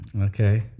Okay